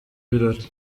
birori